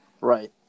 Right